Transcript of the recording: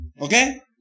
Okay